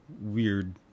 weird